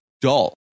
dull